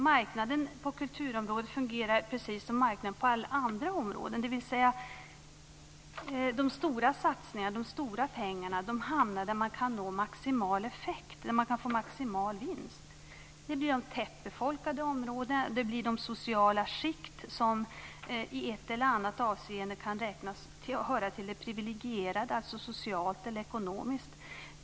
Marknaden på kulturområdet fungerar precis som marknaden på alla andra områden, dvs. att de stora pengarna hamnar där man kan få maximal vinst. Det handlar om de tätbefolkade områdena och om de sociala skikten, som i ett eller annat avseende kan räknas höra till de privilegierade socialt eller ekonomiskt.